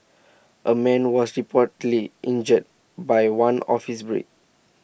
A man was reportedly injured by one of his bricks